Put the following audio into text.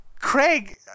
Craig